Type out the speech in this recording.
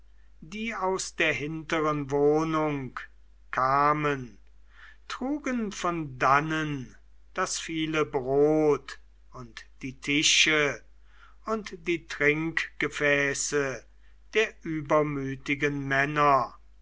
die aus der hinteren wohnung kamen trugen von dannen das viele brot und die tische und die trinkgefäße der übermütigen männer